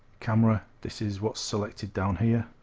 camera this is what's selected down here